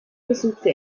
besuchte